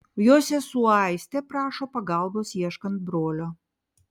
jo sesuo aistė prašo pagalbos ieškant brolio